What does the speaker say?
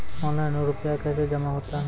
Online रुपये कैसे जमा होता हैं?